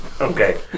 Okay